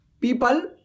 people